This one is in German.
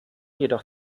jedoch